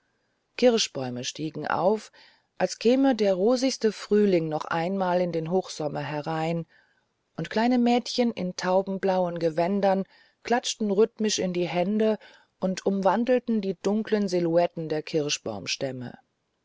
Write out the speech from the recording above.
kirschbäume stiegen auf als käme der rosigste frühling noch einmal in den hochsommer herein und kleine mädchen in taubenblauen gewändern klatschten rhythmisch in die hände und umwandelten die dunkeln silhouetten der